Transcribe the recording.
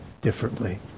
differently